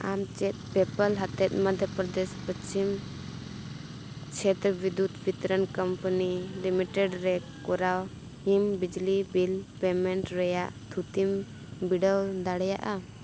ᱟᱢ ᱪᱮᱫ ᱯᱮᱯᱟᱞ ᱟᱛᱮᱫ ᱢᱚᱫᱽᱫᱷᱚᱯᱨᱚᱫᱮᱥ ᱯᱚᱥᱪᱷᱤᱢ ᱪᱷᱮᱛᱨᱚ ᱵᱤᱫᱽᱫᱩᱛ ᱵᱤᱛᱚᱨᱚᱱ ᱠᱳᱢᱯᱟᱱᱤ ᱞᱤᱢᱤᱴᱮᱰ ᱨᱮ ᱠᱚᱨᱟᱣᱮᱢ ᱵᱤᱡᱽᱞᱤ ᱵᱤᱞ ᱯᱮᱢᱮᱱᱴ ᱨᱮᱭᱟᱜ ᱛᱷᱩᱛᱤᱢ ᱵᱤᱰᱟᱹᱣ ᱫᱟᱲᱮᱭᱟᱜᱼᱟ